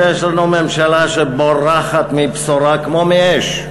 שיש לנו ממשלה שבורחת מבשורה כמו מאש.